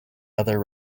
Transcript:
other